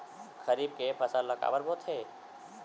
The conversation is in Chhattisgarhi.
खरीफ के फसल ला काबर बोथे?